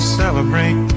celebrate